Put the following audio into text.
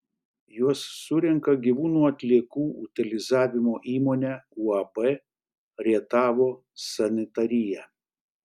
juos surenka gyvūnų atliekų utilizavimo įmonė uab rietavo sanitarija